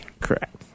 Correct